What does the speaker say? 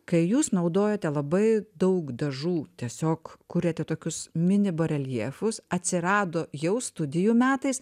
kai jūs naudojate labai daug dažų tiesiog kuriate tokius mini bareljefus atsirado jau studijų metais